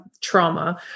trauma